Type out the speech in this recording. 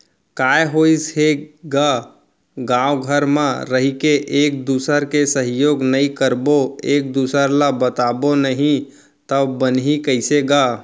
काय होइस हे गा गाँव घर म रहिके एक दूसर के सहयोग नइ करबो एक दूसर ल बताबो नही तव बनही कइसे गा